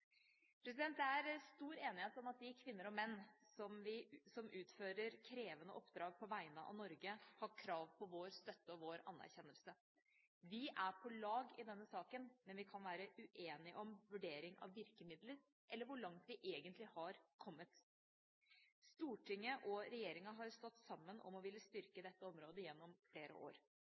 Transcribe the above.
Det er stor enighet om at de kvinner og menn som utfører krevende oppdrag på vegne av Norge, har krav på vår støtte og vår anerkjennelse. Vi er på lag i denne saken, men vi kan være uenige om vurdering av virkemidler, eller hvor langt vi egentlig har kommet. Stortinget og regjeringa har stått sammen om å ville styrke dette området gjennom flere år.